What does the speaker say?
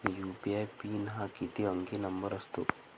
UPI PIN हा किती अंकी नंबर असतो?